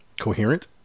coherent